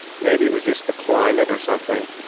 maybe it was just the climate or something,